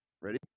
Ready